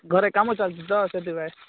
ଘରେ କାମ ଚାଲଛି ତ ସେଥିପାଇଁ